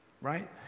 right